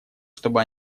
чтобы